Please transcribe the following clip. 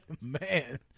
Man